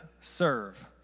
serve